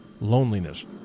loneliness